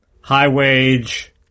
high-wage